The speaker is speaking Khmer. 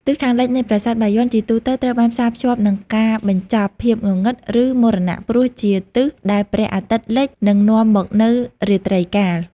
ទិសខាងលិចនៃប្រាសាទបាយ័ន ជាទូទៅត្រូវបានផ្សារភ្ជាប់នឹង ការបញ្ចប់ ភាពងងឹត ឬមរណៈ ព្រោះជាទិសដែលព្រះអាទិត្យលិច និងនាំមកនូវរាត្រីកាល។